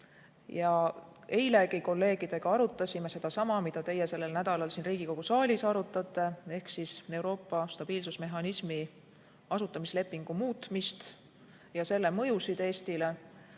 Eilegi kolleegidega arutasime sedasama, mida teie sellel nädalal siin Riigikogu saalis arutate, Euroopa stabiilsusmehhanismi asutamislepingu muutmist ja selle mõjusid Eestile.